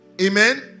Amen